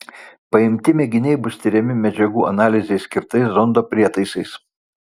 paimti mėginiai bus tiriami medžiagų analizei skirtais zondo prietaisais